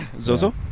Zozo